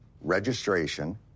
registration